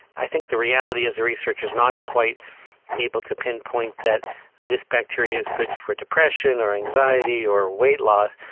i think the reality is the research is not quite able to pinpoint that this bacteria is good for depression or anxiety or weight loss,